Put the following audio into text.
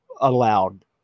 allowed